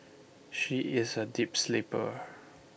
she is A deep sleeper